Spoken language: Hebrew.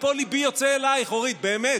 ופה ליבי יוצא אלייך, אורית, באמת.